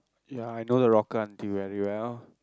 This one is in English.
ya I know the locker auntie very well